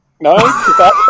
No